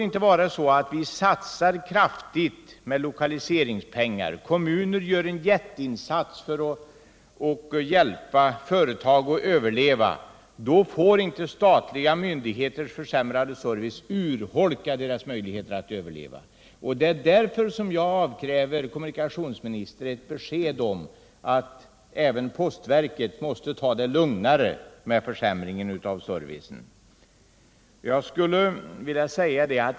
När vi satsar kraftigt med lokaliseringspengar och när kommuner gör en jätteinsats för att hjälpa företag att överleva får inte statliga myndigeters försämrade service urholka deras möjligheter. Det är därför jag avkräver kommunikationsministern ett besked om att även postverket måste ta det lugnare med försämringen av scrvicen.